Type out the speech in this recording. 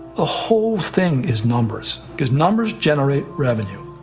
ah whole thing is numbers because numbers generate revenue.